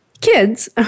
kids